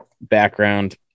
background